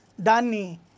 dani